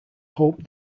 hope